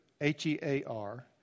H-E-A-R